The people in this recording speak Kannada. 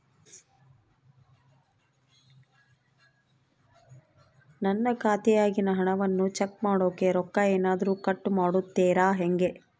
ನನ್ನ ಖಾತೆಯಾಗಿನ ಹಣವನ್ನು ಚೆಕ್ ಮಾಡೋಕೆ ರೊಕ್ಕ ಏನಾದರೂ ಕಟ್ ಮಾಡುತ್ತೇರಾ ಹೆಂಗೆ?